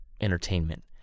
entertainment